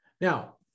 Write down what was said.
Now